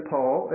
Paul